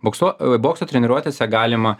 boksuo a bokso treniruotėse galima